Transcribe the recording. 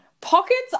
pockets